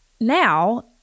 now